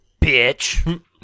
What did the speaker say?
Bitch